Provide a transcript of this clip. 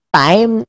time